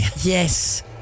Yes